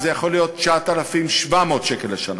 שזה יכול להיות 9,700 שקל לשנה.